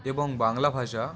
এবং বাংলা ভাষা